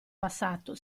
passato